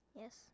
Yes